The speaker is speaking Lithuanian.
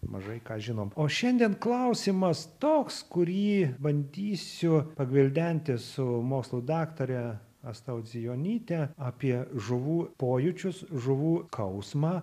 mažai ką žinom o šiandien klausimas toks kurį bandysiu pagvildenti su mokslų daktare asta audzijonyte apie žuvų pojūčius žuvų kausmą